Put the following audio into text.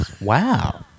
Wow